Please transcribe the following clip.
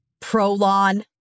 prolon